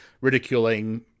ridiculing